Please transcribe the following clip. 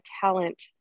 talent